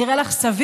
נראה לך סביר?